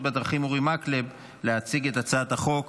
בדרכים אורי מקלב להציג את הצעת החוק.